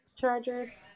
Chargers